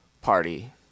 party